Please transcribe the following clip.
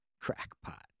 Crackpot